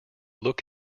look